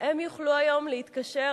יוכלו היום להתקשר,